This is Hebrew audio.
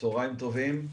טובים,